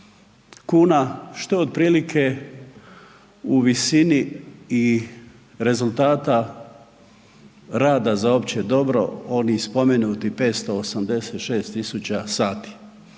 kuna što je otprilike u visini i rezultata rada za opće dobro onih spomenutih 586.000 sati.